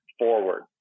forward